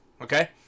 okay